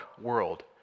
world